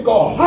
God